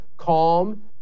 calm